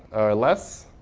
or less